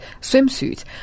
swimsuit